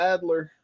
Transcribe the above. Adler